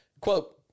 Quote